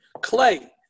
clay